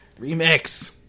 Remix